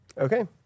Okay